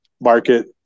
market